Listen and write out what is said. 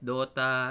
Dota